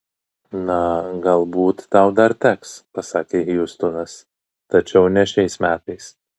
na galbūt tau dar teks pasakė hjustonas tačiau ne šiais metais